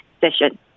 session